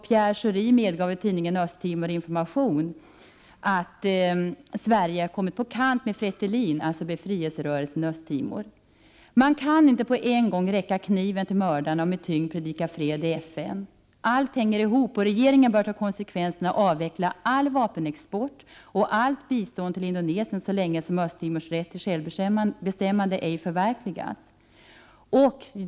Pierre Schori medgav i tidningen Öst-Timor Information att Sverige kommit på kant med Fretilin, dvs. befrielserörelsen i Östtimor. Man kan inte på en gång räcka kniven till mördaren och med tyngd predika fred i FN. Allt hänger ihop, och regeringen bör ta konsekvenserna och avveckla all vapenexport och allt bistånd till Indonesien så länge Östtimors rätt till självbestämmande ej förverkligas.